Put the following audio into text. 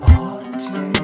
Party